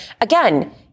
again